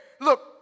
look